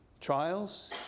trials